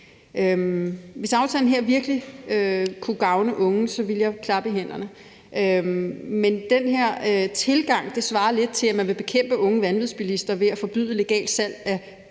Hvis aftalen her virkelig kunne gavne de unge, ville jeg jo klappe i hænderne, men den her tilgang svarer lidt til, at man vil bekæmpe unge vanvidsbilister ved at forbyde et legalt salg af